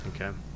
Okay